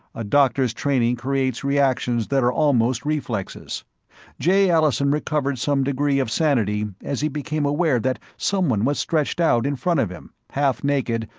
a doctor's training creates reactions that are almost reflexes jay allison recovered some degree of sanity as he became aware that someone was stretched out in front of him, half-naked,